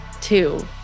two